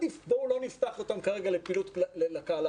בואו לא נפתח אותם כרגע לקהל הרחב,